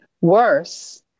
worse